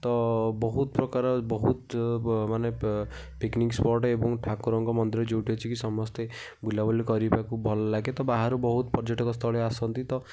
ତ ବହୁତ ପ୍ରକାର ବହୁତ ମାନେ ପିକନିକ୍ ସ୍ପଟ୍ ଏବଂ ଠାକୁରଙ୍କ ମନ୍ଦିର ଯେଉଁଠି ଅଛି କି ସମେସ୍ତେ ବୁଲାବୁଲି କରିବାକୁ ଭଲଲାଗେ ତ ବାହାରୁ ବହୁତ ପର୍ଯ୍ୟଟକସ୍ଥଳୀ ଆସନ୍ତି ତ